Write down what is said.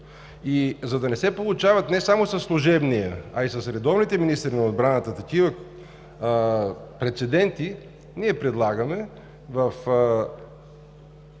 За да не се получават не само със служебния, а и с редовните министри на отбраната такива прецеденти, ние предлагаме в